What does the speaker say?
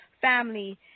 family